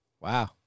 wow